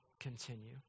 continue